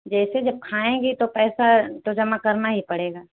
जैसे जब खाएंगी तो पैसा तो जमा करना ही पड़ेगा